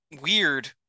weird